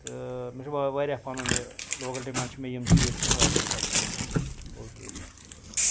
تہٕ مےٚ چھُ واریاہ پَنُن یہِ لوکیلٹی مَنٛز چھِ مےٚ یِم چیٖز کینٛہہ واریاہ پَسَنٛد اوکے